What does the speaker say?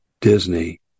Disney